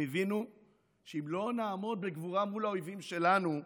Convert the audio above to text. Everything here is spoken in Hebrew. הם הבינו שאם לא נעמוד בגבורה מול האויבים שלנו,